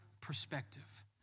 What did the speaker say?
perspective